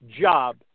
job